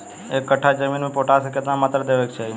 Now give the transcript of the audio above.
एक कट्ठा जमीन में पोटास के केतना मात्रा देवे के चाही?